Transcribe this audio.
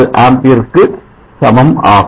96 Amps க்கு சமம் ஆகும்